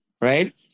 right